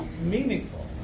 meaningful